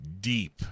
deep